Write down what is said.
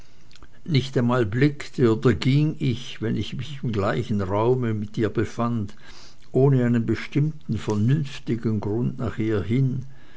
nicht einmal blickte oder ging ich wenn ich mich im gleichen raume mit ihr befand ohne einen bestimmten vernünftigen grund nach ihr hin